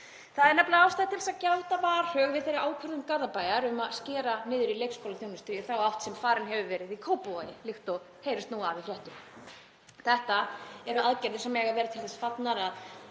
Það er nefnilega ástæða til að gjalda varhug við þeirri ákvörðun Garðabæjar að skera niður í leikskólaþjónustu í þá átt sem farin hefur verið í Kópavogi, líkt og heyrist nú af í fréttum. Þetta eru aðgerðir sem eiga að vera til þess fallnar að